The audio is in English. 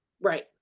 Right